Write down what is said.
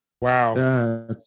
Wow